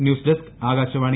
news desk Akashvani